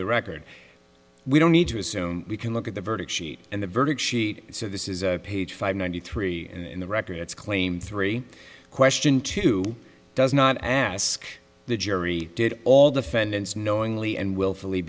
the record we don't need to assume we can look at the verdict sheet and the verdict sheet so this is page five ninety three in the record its claim three question two does not ask the jury did all defendants knowingly and willfully